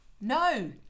No